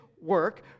work